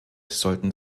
sollten